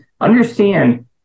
understand